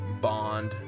bond